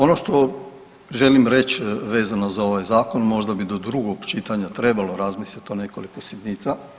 Ono što želim reć vezano za ovaj zakon možda bi do drugog čitanja trebalo razmislit o nekoliko sitnica.